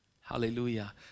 Hallelujah